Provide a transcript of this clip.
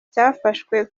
cyafashwe